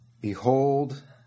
Behold